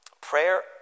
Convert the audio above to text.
Prayer